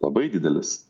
labai didelis